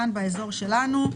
כאן באזור שלנו,